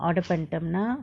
all the lah